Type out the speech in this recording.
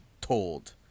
told